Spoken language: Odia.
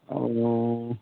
ଆଉ